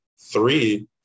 Three